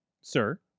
sir